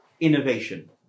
innovation